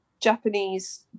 Japanese